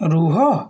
ରୁହ